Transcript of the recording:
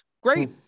Great